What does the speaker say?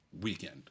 weekend